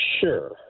sure